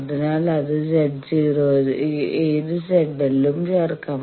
അതിനാൽ ഏത് Z0 ലും ഏത് ZL ലും ചേർക്കാം